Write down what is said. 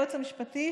היועץ המשפטי,